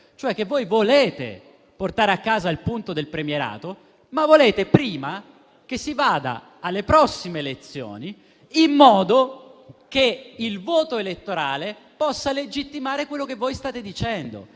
cioè che voi volete portare a casa il punto del premierato, ma volete prima che si vada alle prossime elezioni, in modo che il voto elettorale possa legittimare quello che voi state dicendo.